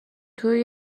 توی